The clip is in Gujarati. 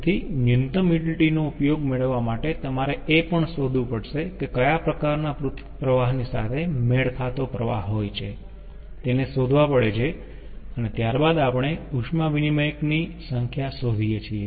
તેથી ન્યૂનતમ યુટીલીટી નો ઉપયોગ મેળવવા માટે તમારે એ પણ શોધવું પડશે કે કયા પ્રકારનાં પ્રવાહની સાથે મેળ ખાતો પ્રવાહ હોય છે તેને શોધવો પડે છે અને ત્યાર બાદ આપણે ઉષ્મા વિનીમયક ની સંખ્યા શોધીયે છીએ